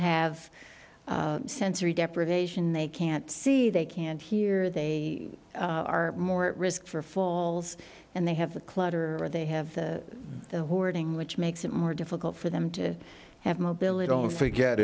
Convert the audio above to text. have sensory deprivation they can't see they can't hear they are more at risk for falls and they have the clutter or they have the hoarding which makes it more difficult for them to have mobility don't forget